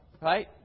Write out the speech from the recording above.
right